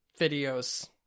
videos